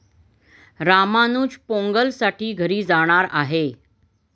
रामानुज पोंगलसाठी घरी जाणार आहे